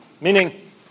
Meaning